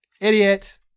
Idiot